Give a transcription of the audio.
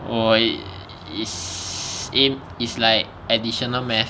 我 is A is like additional math